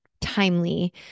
timely